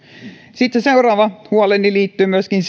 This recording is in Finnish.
hoidon seuraava huoleni liittyy myöskin